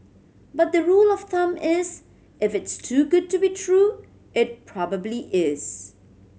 but the rule of thumb is if it's too good to be true it probably is